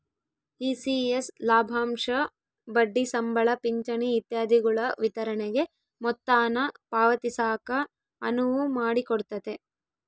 ECS ಲಾಭಾಂಶ ಬಡ್ಡಿ ಸಂಬಳ ಪಿಂಚಣಿ ಇತ್ಯಾದಿಗುಳ ವಿತರಣೆಗೆ ಮೊತ್ತಾನ ಪಾವತಿಸಾಕ ಅನುವು ಮಾಡಿಕೊಡ್ತತೆ